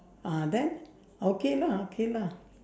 ah then okay lah okay lah